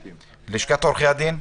לשכת עורכי הדין?